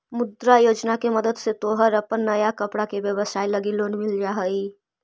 मुद्रा योजना के मदद से तोहर अपन नया कपड़ा के व्यवसाए लगी लोन मिल जा हई